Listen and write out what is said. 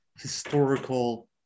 historical